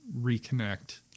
reconnect